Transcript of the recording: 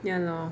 ya lor